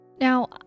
Now